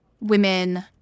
women